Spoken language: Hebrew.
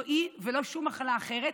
לא היא ולא שום מחלה אחרת.